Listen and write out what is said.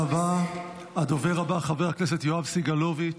לא עשית דבר אחד חוץ מלשקר וללקק.